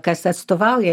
kas atstovauja